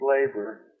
labor